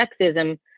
sexism